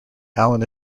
allen